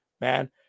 man